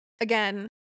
again